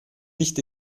nicht